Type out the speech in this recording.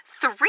three